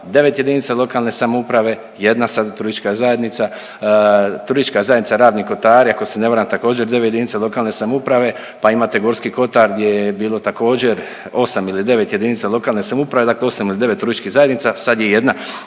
9 jedinica lokalne samouprave, 1 sad turistička zajednica, TZ Ravni Kotari, ako se ne varam, također, 9 jedinica lokalne samouprave, pa imate Gorski kotar, gdje je bilo također, 8 ili 9 jedinica lokalne samouprave, dakle 8 ili 9 turističkih zajednica, sad je 1.